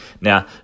Now